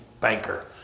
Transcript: banker